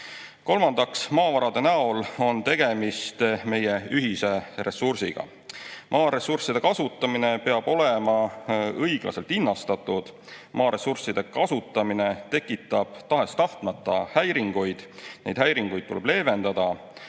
Kolmandaks, maavarade näol on tegemist meie ühise ressursiga. Maaressursside kasutamine peab olema õiglaselt hinnastatud. Maaressursside kasutamine tekitab tahes-tahtmata häiringuid. Neid häiringuid tuleb leevendada,